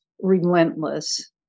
relentless